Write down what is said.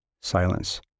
Silence